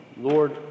Lord